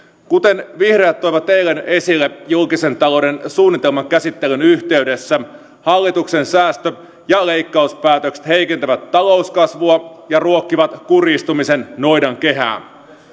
kuten vihreät toivat eilen esille julkisen talouden suunnitelman käsittelyn yhteydessä hallituksen säästö ja leikkauspäätökset heikentävät talouskasvua ja ruokkivat kurjistumisen noidankehää